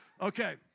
Okay